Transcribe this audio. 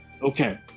Okay